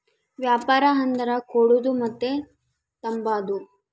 ವ್ಯಾಪಾರ ಅಂದರ ಕೊಡೋದು ಮತ್ತೆ ತಾಂಬದು